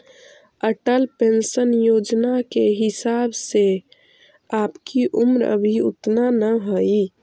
Atal pension योजना के हिसाब से आपकी उम्र अभी उतना न हई